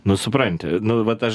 nu supranti nu vat aš